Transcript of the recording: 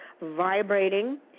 vibrating